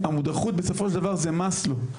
המודרכות בסופו של דבר זה מסלו,